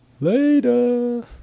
later